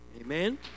amen